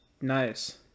nice